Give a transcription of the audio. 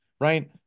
right